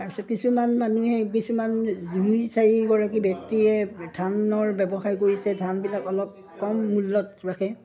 তাৰপিছত কিছুমান মানুহে কিছুমান দুই চাৰিগৰাকী ব্যক্তিয়ে ধানৰ ব্যৱসায় কৰিছে ধানবিলাক অলপ কম মূল্যত ৰাখে